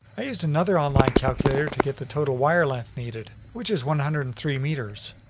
i used another online calculator to get the total wire length needed, which is one hundred and three meters,